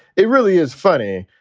it really is funny.